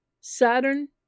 Saturn